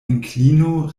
inklino